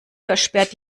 versperrt